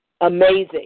Amazing